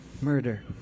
murder